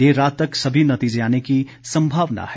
देर रात तक सभी नतीजे आने की संभावना है